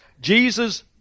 Jesus